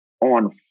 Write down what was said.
on